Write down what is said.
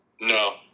No